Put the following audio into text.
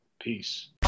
Peace